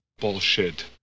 Bullshit